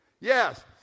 Yes